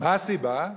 מה הסיבה?